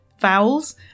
vowels